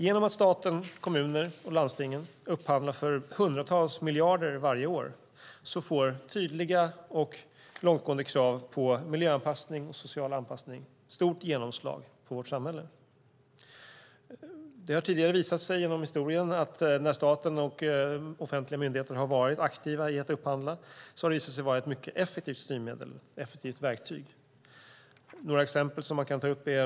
Genom att staten, kommunerna och landstingen upphandlar för hundratals miljarder varje år får tydliga och långtgående krav på miljöanpassning och social anpassning stort genomslag i vårt samhälle. Det har tidigare visat sig genom historien att det har varit ett mycket effektivt styrmedel, ett effektivt verktyg, när staten och myndigheter har varit aktiva när det gäller att upphandla. Man kan ta upp några exempel.